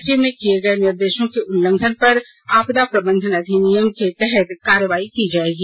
जारी किए गए निर्देशों के उल्लंघन पर आपदा प्रबंधन अधिनियम के तहत कार्रवाई की जाएगी